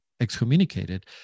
Excommunicated